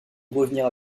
revenir